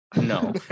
No